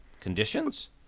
conditions